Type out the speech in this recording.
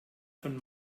von